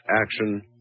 action